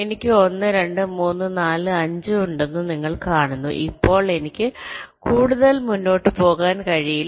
എനിക്ക് 1 2 3 4 5 ഉണ്ടെന്ന് നിങ്ങൾ കാണുന്നു ഇപ്പോൾ എനിക്ക് കൂടുതൽ മുന്നോട്ട് പോകാൻ കഴിയില്ല